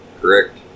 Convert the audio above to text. Correct